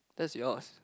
that's yours